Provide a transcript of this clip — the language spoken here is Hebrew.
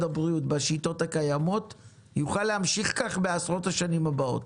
הבריאות יוכל להמשיך כך בעשרות השנים הבאות.